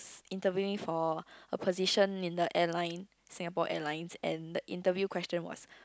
interviewing for a position in the airline Singapore Airlines and the interview question was